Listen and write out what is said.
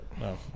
No